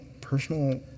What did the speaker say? personal